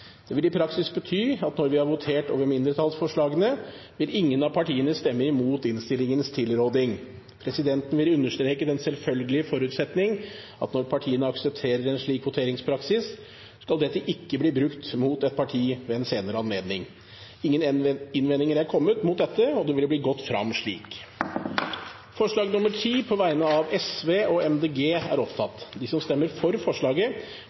Det vil i praksis bety at når vi har votert over mindretallsforslagene, vil ingen av partiene stemme imot innstillingens tilråding. Presidenten vil understreke den selvfølgelige forutsetning at når partiene aksepterer en slik voteringspraksis, skal dette ikke bli brukt mot et parti ved en senere anledning. – Ingen innvendinger er kommet mot dette, og det vil bli gått fram slik. Det voteres over forslag nr. 10, fra Sosialistisk Venstreparti og Miljøpartiet De Grønne. Forslaget